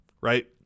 right